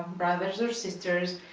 brother, sisters,